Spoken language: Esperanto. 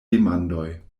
demandoj